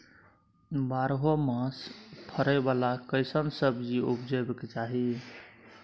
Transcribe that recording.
बारहो मास फरै बाला कैसन सब्जी उपजैब के चाही?